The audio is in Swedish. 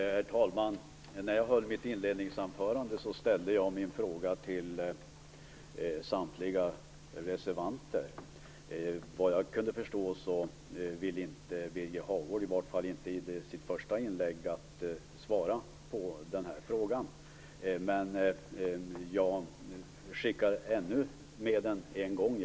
Herr talman! När jag höll mitt inledningsanförande ställde jag min fråga till samtliga reservanter. Vad jag kan förstå ville inte Birger Hagård, i varje fall inte i sitt första inlägg, svara på den här frågan. Men jag skickar med den än en gång.